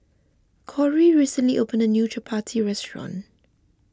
Cory recently opened a new Chappati restaurant